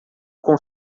com